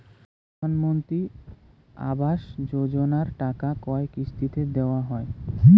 প্রধানমন্ত্রী আবাস যোজনার টাকা কয় কিস্তিতে দেওয়া হয়?